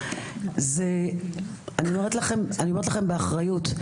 אני אומרת לכם באחריות.